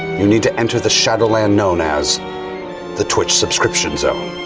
you need to enter the shadow land known as the twitch subscription zone.